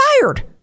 fired